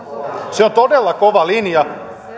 se on todella kova linja